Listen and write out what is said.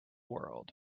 world